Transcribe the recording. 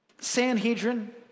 Sanhedrin